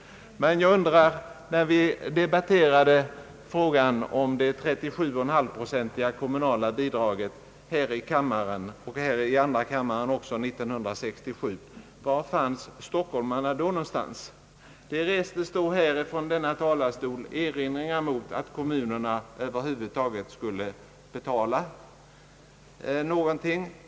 Var stod stockholmarna, när vi debatterade frågan om det kommunala bidraget på 37,5 procent här i riksdagen år 1967? Från denna talarstol restes då erinringar mot att kommunerna över huvud taget skulle betala någonting.